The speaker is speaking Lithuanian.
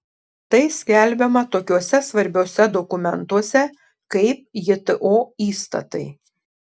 tai skelbiama tokiuose svarbiuose dokumentuose kaip jto įstatai